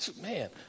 Man